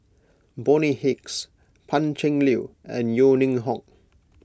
Bonny Hicks Pan Cheng Lui and Yeo Ning Hong